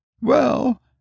Well